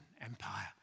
empire